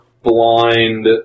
blind